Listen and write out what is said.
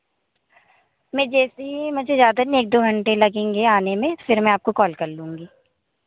मैं जैसे ई मुझे ज़्यादा नहीं एक दो घंटे लगेंगे आने में फिर मैं आपको कॉल कर लूँगी